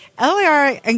LAR